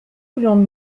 glandes